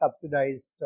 subsidized